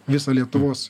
visą lietuvos